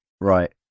Right